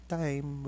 time